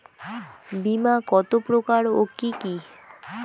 বীমা কত প্রকার ও কি কি?